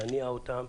נניע אותם.